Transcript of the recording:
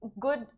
good